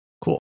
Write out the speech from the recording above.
Cool